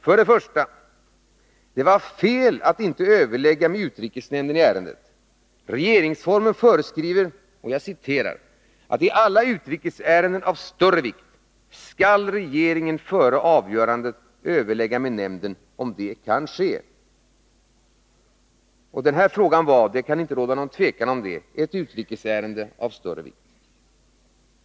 För det första: Det var fel att inte överlägga med utrikesnämnden i ärendet. Regeringsformen föreskriver att ”i alla utrikesärenden av större vikt skall regeringen före avgörandet överlägga med nämnden, om det kan ske”. Denna fråga var — det kan inte råda någon tvekan om det — ett utrikesärende av större vikt.